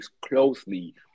closely